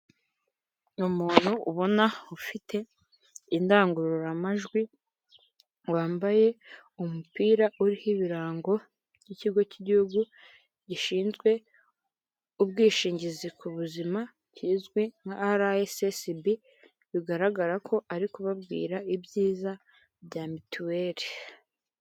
Ni umuntu ubona ufite indangururamajwi wambaye umupira uriho ibirango by'ikigo cy'igihugu gishinzwe ubwishingizi ku buzima, kizwi nka ara esi esibi bigaragara ko ari kubabwira ibyiza bya mituweri.